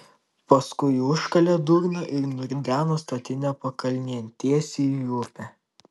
paskui užkalė dugną ir nurideno statinę pakalnėn tiesiai į upę